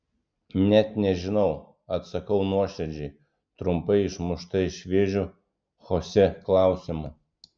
net nežinau atsakau nuoširdžiai trumpai išmušta iš vėžių chosė klausimo